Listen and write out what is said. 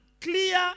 clear